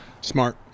Smart